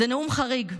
הוא נאום חריג.